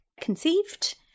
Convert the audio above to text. conceived